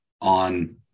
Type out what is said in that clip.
on